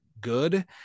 good